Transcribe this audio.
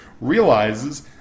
realizes